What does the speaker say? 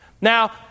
Now